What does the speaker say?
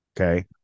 Okay